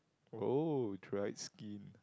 oh dried skin